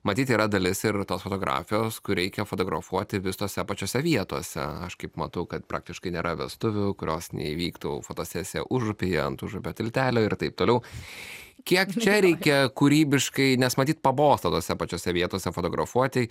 matyt yra dalis ir tos fotografijos kur reikia fotografuoti vis tose pačiose vietose aš kaip matau kad praktiškai nėra vestuvių kurios neįvyktų fotosesija užupyje ant užupio tiltelio ir taip toliau kiek čia reikia kūrybiškai nes matyt pabosta tose pačiose vietose fotografuoti